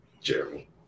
Jeremy